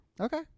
Okay